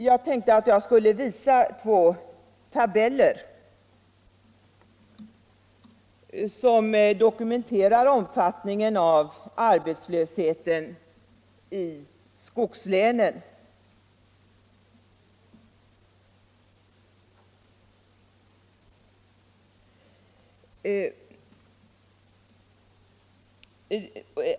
Jag tänkte på TV-skärmen visa två diagram som dokumenterar omfattningen av arbetslösheten i skogslänen.